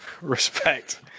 respect